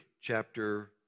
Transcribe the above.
chapter